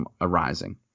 arising